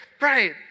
Right